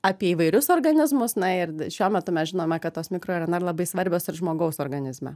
apie įvairius organizmus na ir šiuo metu mes žinome kad tos mikro rnr labai svarbios ir žmogaus organizme